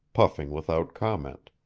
puffing without comment.